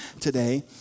today